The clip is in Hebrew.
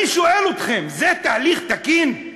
אני שואל אתכם: זה תהליך תקין?